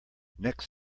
next